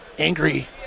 angry